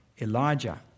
Elijah